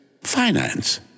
finance